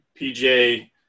PGA